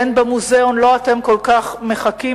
והן במוזיאון שלו אתם כל כך מחכים.